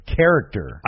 character